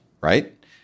right